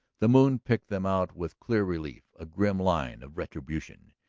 the moon picked them out with clear relief, a grim line of retribution.